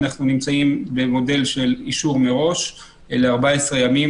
אנחנו נמצאים במודל של אישור מראש ל-14 ימים,